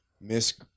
miss